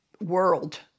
world